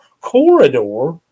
corridor